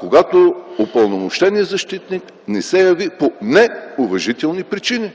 когато упълномощеният защитник не се яви по неуважителни причини.